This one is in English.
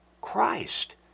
christ